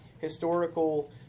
historical